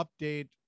update